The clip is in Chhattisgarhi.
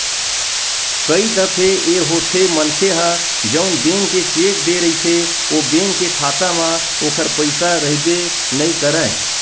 कई दफे ए होथे मनखे ह जउन बेंक के चेक देय रहिथे ओ बेंक के खाता म ओखर पइसा रहिबे नइ करय